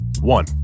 One